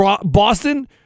Boston